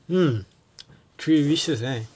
hmm three wishes right